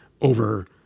over